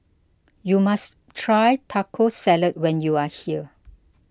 you must try Taco Salad when you are here